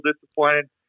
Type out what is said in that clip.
disappointed